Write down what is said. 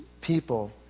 people